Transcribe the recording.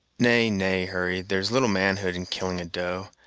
nay, nay, hurry, there's little manhood in killing a doe,